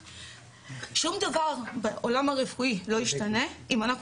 שום דבר בעולם הרפואי לא ישתנה אם אנחנו